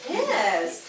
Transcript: Yes